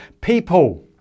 people